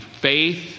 faith